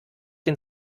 den